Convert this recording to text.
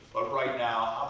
but right now,